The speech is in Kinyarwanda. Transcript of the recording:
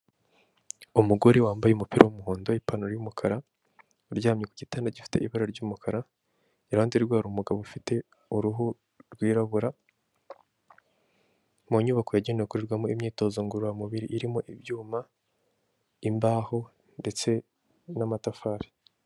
Umugore wambaye umupi w'umuhondo ipantaro y'umukara uryamye ku gitanda gifite ibara ry'umukara, iruhande rwe hari umugabo ufite uruhu rwirabura, mu nyubako yagenewe gukorerwamo imyitozo ngororamubiri irimo ibyuma, imbaho ndetse n'amatafari.